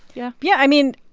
yeah yeah, i mean,